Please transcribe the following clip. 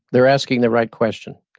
they're asking the right question.